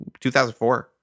2004